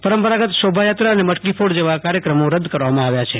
પરંપરાગત શોભાયાત્રા અને મટકીફોડ જેવા કાર્યક્રમો રદ કરવામાં આવ્યા છે